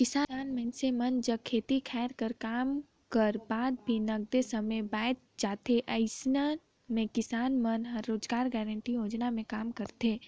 किसान मइनसे मन जग खेती खायर कर काम कर बाद भी नगदे समे बाएच जाथे अइसन म किसान मन ह रोजगार गांरटी योजना म काम करथे